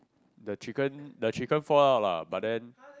the chicken the chicken fall out lah but then